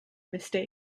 mistake